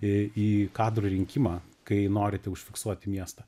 į į kadrų rinkimą kai norite užfiksuoti miestą